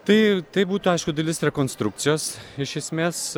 tai tai būtų aišku dalis rekonstrukcijos iš esmės